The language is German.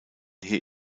hier